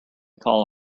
call